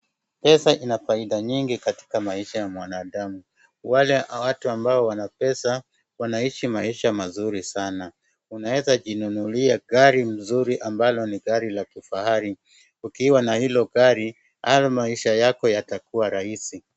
Pesa ina faida nyingi katika maisha ya mwanadamu. Wake watu ambao wana pesa wanaishi maisha mazuri sana. Unaweza jinunulia gari mzuri ambalo ni gari la kifahari ukiwa na hilo gari ata maisha yako yatakuwa rahisi.